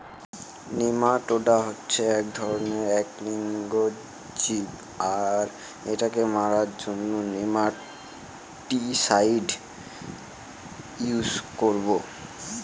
nematoda হচ্ছে এক ধরনের এক লিঙ্গ জীব আর এটাকে মারার জন্য নেমাটিসাইড ইউস করবো